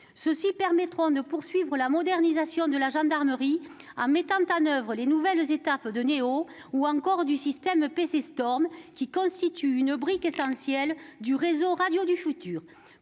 qui permettront de poursuivre la modernisation de la gendarmerie, en mettant en oeuvre les nouvelles étapes de NÉO et du système PC Storm, qui constitue une brique essentielle du réseau Radio du futur.